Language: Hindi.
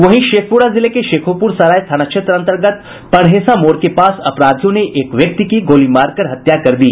वहीं शेखपुरा जिले के शेखोपुर सराय थाना क्षेत्र अंतर्गत पनहेसा मोड़ के पास अपराधियों ने एक व्यक्ति की गोली मारकर हत्या कर दी